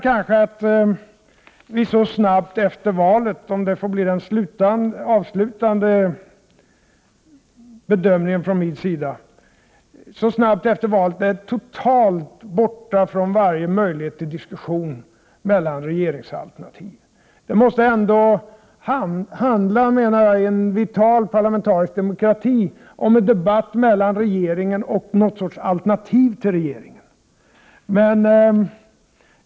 Min avslutande bedömning får bli följande. Jag beklagar att vi så snart efter valet är totalt borta från varje möjlighet till diskussion mellan regeringsalternativ. I en vital parlamentarisk demokrati måste det ändå handla om en debatt mellan regeringen och någon sorts alternativ till regeringen.